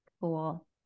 cool